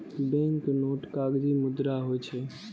banknote कागजी मुद्रा होइ छै